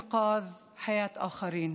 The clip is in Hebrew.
כדי להציל חיים של אחרים.